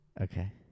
Okay